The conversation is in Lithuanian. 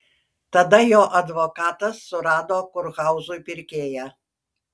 tada jo advokatas surado kurhauzui pirkėją